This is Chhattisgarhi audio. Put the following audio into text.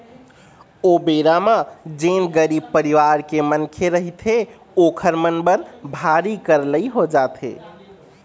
ओ बेरा म जेन गरीब परिवार के मनखे रहिथे ओखर मन बर भारी करलई हो जाथे